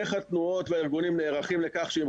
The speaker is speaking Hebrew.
איך התנועות והארגונים נערכים לכך שאם